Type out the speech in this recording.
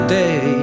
day